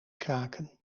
kraken